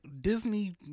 Disney